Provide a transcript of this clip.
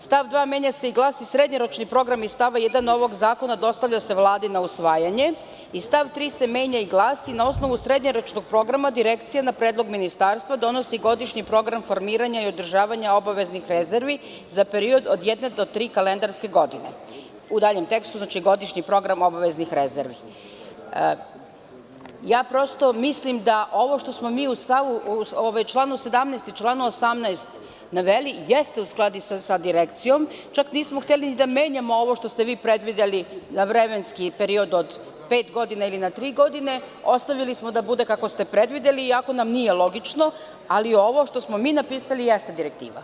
Stav 2. menja se i glasi: „Srednjoročni program iz stava 1. ovog Zakona dostavlja se Vladi na usvajanje.“ Stav 3. menja se i glasi: „Na osnovu srednjoročnog programa Direkcija na predlog Ministarstva donosi godišnji program formiranja i održavanja obaveznih rezervi za period od 1-3 kalendarske godine (u daljem tekstu: godišnji program obaveznih rezervi).“ Prosto mislim da ovo što smo mi u članu 17. i članu 18. naveli jeste u skladu sa Direkcijom, čak nismo hteli ni da menjamo ovo što ste vi predvideli na vremenski period od pet godina ili od tri godine, ostavili smo da bude kako ste predvideli, iako nam nije logično, ali ovo što smo mi napisali jeste direktiva.